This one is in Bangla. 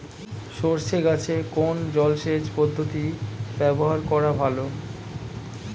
সরষে গাছে কোন জলসেচ পদ্ধতি ব্যবহার করা ভালো?